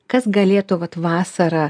kas galėtų vat vasarą